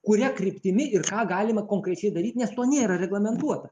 kuria kryptimi ir ką galima konkrečiai daryti nes to nėra reglamentuota